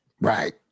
right